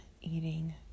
eating